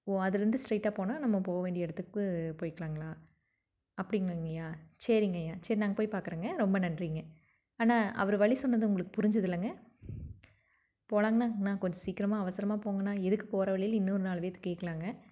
ஓ அதில் இருந்து ஸ்ட்ரைட்டாக போனால் நம்ம போக வேண்டிய இடத்துக்கு போய்க்கலாம்ங்களா அப்படிங்களாங்க ஐயா சரிங்க ஐயா சரி நாங்கள் போய் பாக்கிறேங்க ரொம்ப நன்றிங்க அண்ணா அவரு வழி சொன்னது உங்களுக்கு புரிஞ்சுது இல்லைங்க போலாங்கண்ணா அண்ணா கொஞ்சம் சீக்கிரமா அவசரமாக போங்கண்ணா எதுக்கும் போகிற வழியில் இன்னொரு நாலு பேத்த கேட்கலாங்க